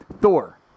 Thor